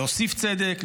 להוסיף צדק,